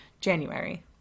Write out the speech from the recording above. January